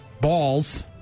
balls